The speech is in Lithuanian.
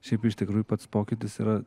šiaip iš tikrųjų pats pokytis yra